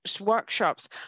workshops